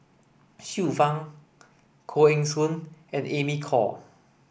Xiu Fang Koh Eng Hoon and Amy Khor